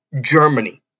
Germany